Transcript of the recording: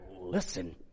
listen